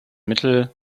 mittel